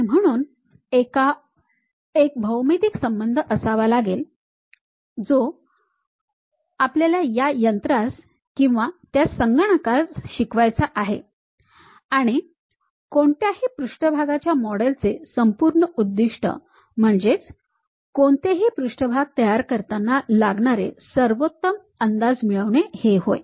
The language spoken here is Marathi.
आणि म्हणून एक भौमितिक संबंध असावा लागेल जो आपल्याला या यंत्रांस किंवा त्या संगणकास शिकवायचा आहे आणि कोणत्याही पृष्ठभागाच्या मॉडेलचे संपूर्ण उद्दिष्ट म्हणजेच कोणतेही पृष्ठभाग तयार करताना लागणारे सर्वोत्तम अंदाज मिळवणे होय